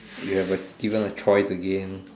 if you have a given a choice again